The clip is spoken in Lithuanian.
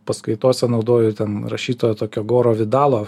paskaitose naudoju ten rašytojo tokio goro vidalo